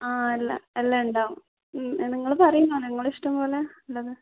ആ എല്ലാ എല്ലാം ഉണ്ടാവും നിങ്ങൾ പറയൂ നിങ്ങളുടെ ഇഷ്ടം പോലെ ഉള്ളത്